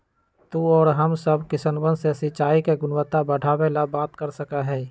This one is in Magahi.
तू और हम सब किसनवन से सिंचाई के गुणवत्ता बढ़ावे ला बात कर सका ही